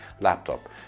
laptop